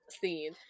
scene